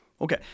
Okay